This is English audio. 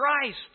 Christ